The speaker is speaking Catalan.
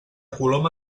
coloma